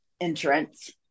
entrance